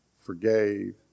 forgave